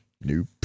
Nope